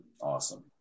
awesome